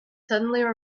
suddenly